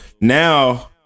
Now